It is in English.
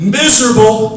miserable